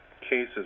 cases